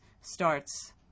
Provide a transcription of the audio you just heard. starts